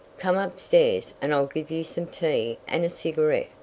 come upstairs and i'll give you some tea and a cigarette.